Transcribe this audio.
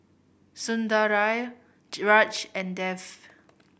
Sundaraiah Raj and Dev